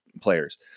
players